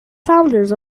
founders